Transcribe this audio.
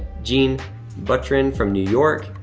gene butrin from new york.